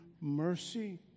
mercy